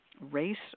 race